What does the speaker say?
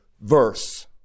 verse